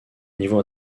niveau